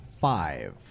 five